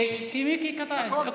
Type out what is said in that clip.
מיקי קטע את זה.